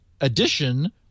addition